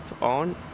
on